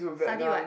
study what